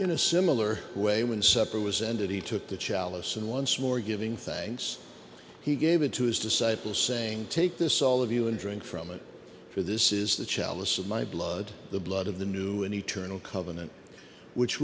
in a similar way when supper was ended he took the chalice and once more giving thanks he gave it to his disciples saying take this all of you and drink from it for this is the chalice of my blood the blood of the new and eternal covenant which